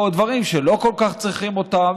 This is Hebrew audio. או מדברים שלא כל כך צריכים אותם.